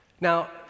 Now